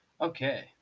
Okay